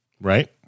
Right